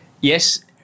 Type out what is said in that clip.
yes